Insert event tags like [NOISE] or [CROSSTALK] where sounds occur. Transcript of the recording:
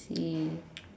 he [NOISE]